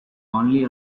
only